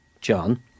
john